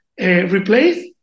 replace